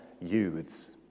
youths